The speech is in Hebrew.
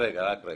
לא בוכה.